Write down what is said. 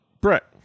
Brett